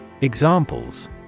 Examples